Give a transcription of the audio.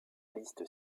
liste